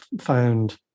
found